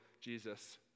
Jesus